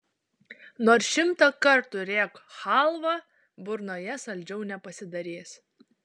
nors šimtą kartų rėk chalva burnoje saldžiau nepasidarys